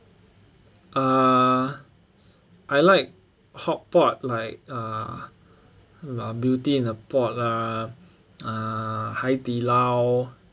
err I like hotpot like err Beauty in a Pot lah err Haidilao